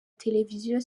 televiziyo